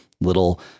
little